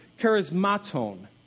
charismaton